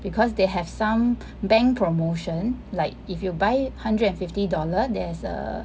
because they have some bank promotion like if you buy hundred and fifty dollar there's a